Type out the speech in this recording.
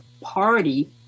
party